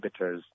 inhibitors